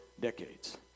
decades